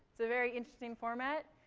it's a very interesting format.